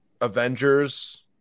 Avengers